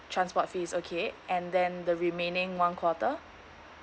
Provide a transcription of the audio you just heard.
transport fees okay and then the remaining one quarter